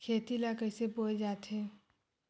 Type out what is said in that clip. खेती ला कइसे बोय जाथे?